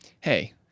hey